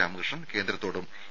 രാമകൃഷ്ണൻ കേന്ദ്രത്തോടും ഇ